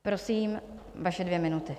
Prosím, vaše dvě minuty.